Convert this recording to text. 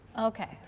Okay